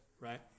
right